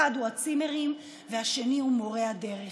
אחת היא הצימרים והשנייה היא מורי הדרך.